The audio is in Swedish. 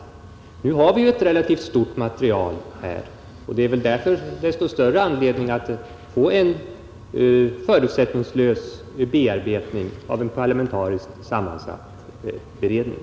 rättshjälp Nu har vi här ett relativt stort material, och det finns väl därför desto större anledning att få en förutsättningslös bearbetning av det genom en parlamentariskt sammansatt beredning.